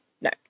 no